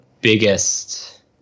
biggest